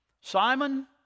Simon